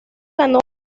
ganó